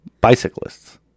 bicyclists